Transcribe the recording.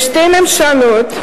בשתי ממשלות,